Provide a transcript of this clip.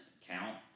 count